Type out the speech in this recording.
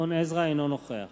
אינו נוכח